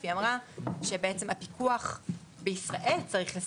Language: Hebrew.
היא אמרה שהפיקוח בישראל צריך לספק.